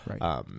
Right